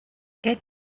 què